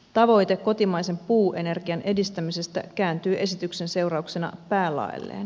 tavoite kotimaisen puuenergian edistämisestä kääntyy esityksen seurauksena päälaelleen